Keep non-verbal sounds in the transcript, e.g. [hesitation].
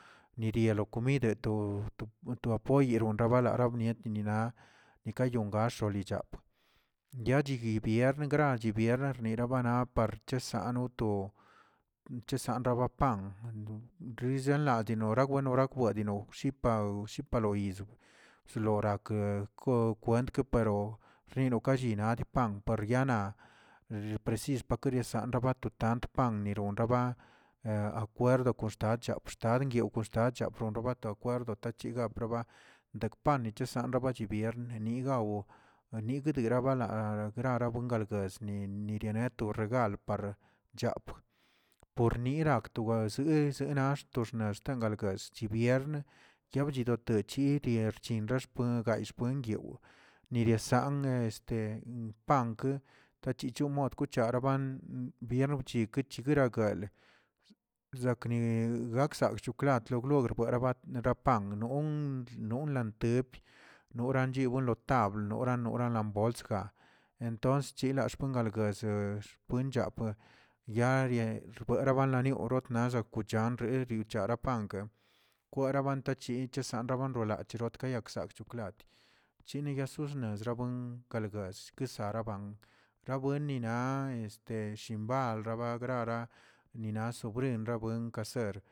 Niria lo komid to- to- to apoye ronrabara abnieti nina nikayon gaxoo liyaap ya chigui biern chibier rnarabana para chesano to chensarabapat [unintelligible] kwedino shipa gushipa lo yiz, florakeꞌ ko kwentrabk rino ka llinaꞌpan par yana [hesitation] precis para kayanraba to tant pan nir raba akwerdo kon xta axtand koxye koshto chan rueba akwerdo dotachiga proba dekpani chesanraba yibiern nigaw nigdira bala ragrara buen gañgues ne. nereto regal, cahp pornira chaktwezi guzinax toxnex xten bguezch chibiernə chaldidi chirie xchinwi oue gax puen yoo, nierasangə este pankə tachicho mod kwcharaba birn bchi guchikeragalə, zakni guchegol godborrogo napan nonu nonla tep norachin nolotab, nora nora lambolsk', entonces chilaguers buex buinchape yaayee rabanlaniuru nazan kuchanree yicharaꞌ panka, kwara bantachi cha ranrabalochiga gueyaksoꞌ chokla chini yasosx yawen kalgall kish araban, rabueni na este shimbar agrara nina sobrinrwa len kaser.